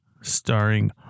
starring